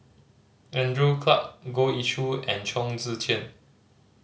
Andrew Clarke Goh Ee Choo and Chong Tze Chien